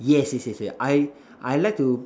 yes yes yes yes I I like to